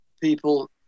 people